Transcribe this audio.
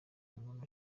umuntu